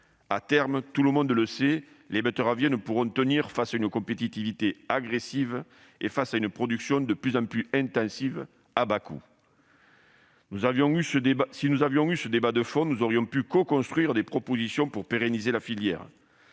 À terme, personne ne l'ignore, les betteraviers ne pourront pas tenir face à une compétitivité agressive et à une production de plus en plus intensive et à bas coût. Si nous avions eu ce débat de fond, nous aurions pu coconstruire des propositions pour pérenniser la filière.